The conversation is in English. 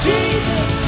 Jesus